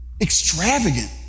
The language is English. Extravagant